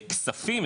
הכספים,